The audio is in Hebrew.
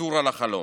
ויתור על החלום.